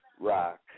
rock